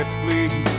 please